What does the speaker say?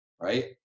right